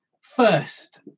First